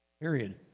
Period